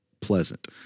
pleasant